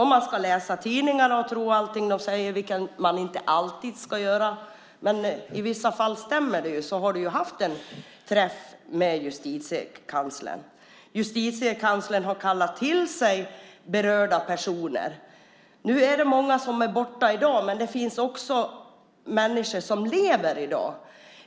Om man ska läsa tidningarna och tro allt som sägs där - vilket man inte alltid ska göra, men i vissa fall stämmer det ju - har ministern haft en träff med Justitiekanslern. Justitiekanslern har kallat till sig berörda personer. Nu är det många som är borta i dag, men det finns också människor som lever.